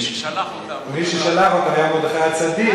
ומי ששלח אותה, מי ששלח אותה היה מרדכי הצדיק.